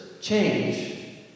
change